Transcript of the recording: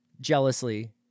jealously